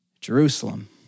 Jerusalem